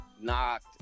knocked